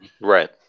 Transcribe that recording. Right